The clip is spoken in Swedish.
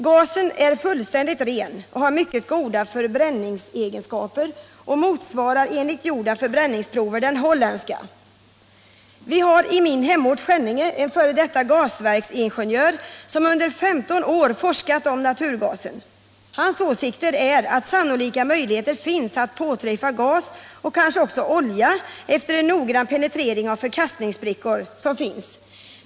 Gasen, som är fullständigt ren, har mycket goda förbränningsegenskaper och motsvarar enligt gjorda förbränningsprover den holländska. Vi har i min hemort, Skänninge, en f. d. gasverksingenjör som under 15 år forskat om naturgasen. Hans åsikt är att det sannolikt finns möjligheter att påträffa gas och kanske också olja efter en noggrann penetrering av de förkastningssprickor som finns.